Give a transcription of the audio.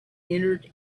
entered